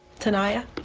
taniya?